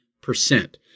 percent